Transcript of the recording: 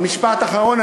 משפט אחרון.